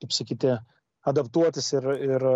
kaip sakyti adaptuotis ir ir